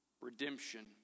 redemption